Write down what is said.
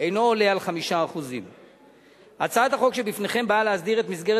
אינו עולה על 5%. הצעת החוק שלפניכם באה להסדיר את מסגרת